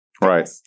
Right